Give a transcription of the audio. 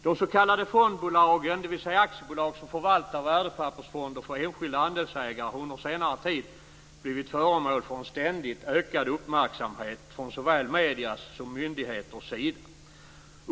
De s.k. fondbolagen, dvs. aktiebolag som förvaltar värdepappersfonder för enskilda andelsägare, har under senare tid blivit föremål för en ständigt ökad uppmärksamhet från såväl mediers som myndigheters sida.